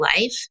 life